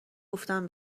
گفتم